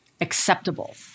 acceptable